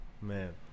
man